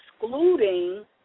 excluding